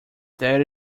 that